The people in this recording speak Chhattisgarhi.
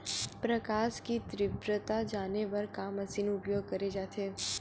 प्रकाश कि तीव्रता जाने बर का मशीन उपयोग करे जाथे?